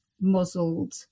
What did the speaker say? muzzled